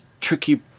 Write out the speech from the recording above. tricky